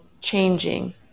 changing